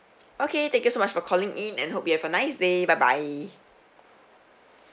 okay thank you so much for calling in and hope you have a nice day bye bye